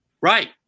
Right